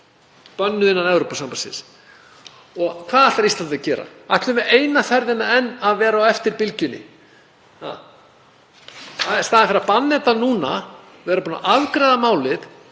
bönnuð innan Evrópusambandsins. Og hvað ætlar Ísland að gera? Ætlum við eina ferðina enn að vera á eftir bylgjunni? Í staðinn fyrir að banna þetta núna og vera búin að afgreiða málið